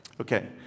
Okay